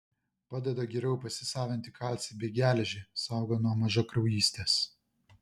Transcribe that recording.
padeda geriau pasisavinti kalcį bei geležį saugo nuo mažakraujystės